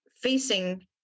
facing